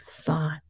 thought